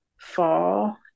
fall